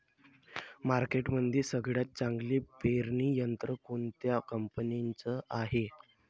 मार्केटमंदी सगळ्यात चांगलं पेरणी यंत्र कोनत्या कंपनीचं हाये?